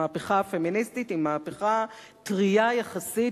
המערכה הפמיניסטית היא מהפכה טרייה יחסית,